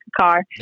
car